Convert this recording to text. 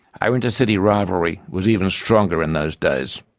our intercity rivalry was even stronger in those days.